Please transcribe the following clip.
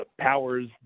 powers